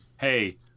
hey –